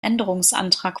änderungsantrag